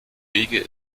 wege